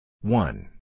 one